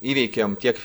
įveikėm tiek